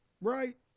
Right